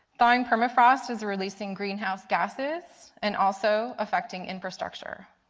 thong permafrost is releasing greenhouse gases and also affecting infrastructure.